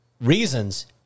Reasons